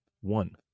One